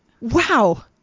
Wow